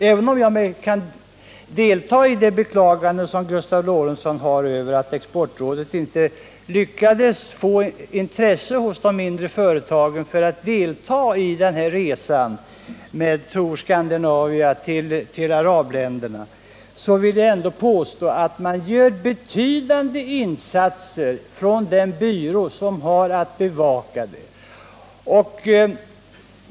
Även om jag kan delta i Gustav Lorentzons beklagande över att Exportrådet inte lyckats väcka intresse hos de mindre företagen när det gäller att delta i den aktuella resan med Tor Scandinavia till arabländerna, så vill jag ändå påstå att man gör betydande insatser på den byrå som har att bevaka frågan.